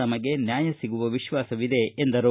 ನಮಗೆ ನ್ಯಾಯ ಸಿಗುವ ವಿಶ್ವಾಸ ಇದೆ ಎಂದರು